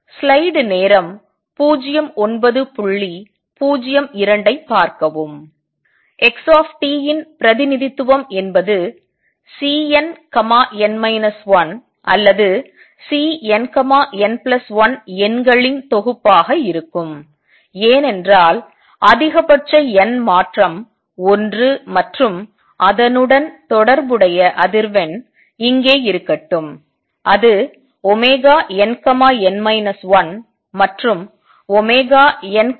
x ன் பிரதிநிதித்துவம் என்பது Cnn 1 அல்லது Cnn1 எண்களின் தொகுப்பாக இருக்கும் ஏனென்றால் அதிகபட்ச n மாற்றம் 1 மற்றும் அதனுடன் தொடர்புடைய அதிர்வெண் இங்கே இருக்கட்டும் அது nn 1 மற்றும் nn1